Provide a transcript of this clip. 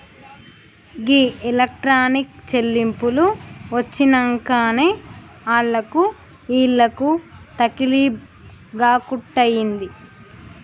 గీ electronic చెల్లింపులు వచ్చినంకనే ఆళ్లకు ఈళ్లకు తకిలీబ్ గాకుంటయింది